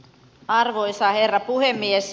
arvoisa herra puhemies